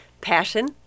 Passion